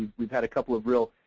we've had a couple of real,